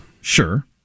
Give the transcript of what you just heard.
Sure